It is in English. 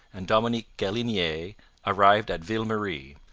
and dominic galinier arrived at ville marie,